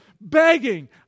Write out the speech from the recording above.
begging